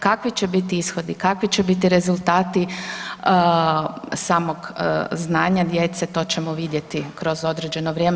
Kakvi će biti ishodi, kakvi će biti rezultati samog znanja djece to ćemo vidjeti kroz određeno vrijeme.